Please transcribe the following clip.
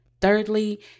Thirdly